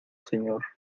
señor